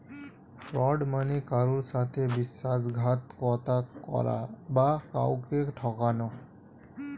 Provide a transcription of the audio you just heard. fraud মানে কারুর সাথে বিশ্বাসঘাতকতা করা বা কাউকে ঠকানো